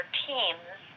teams